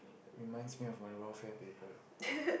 reminds me of my welfare paper